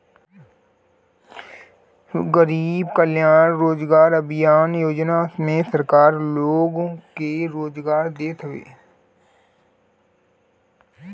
गरीब कल्याण रोजगार अभियान योजना में सरकार लोग के रोजगार देत हवे